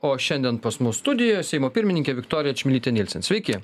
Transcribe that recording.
o šiandien pas mus studijo seimo pirmininkė viktorija čmilytė nilsen sveiki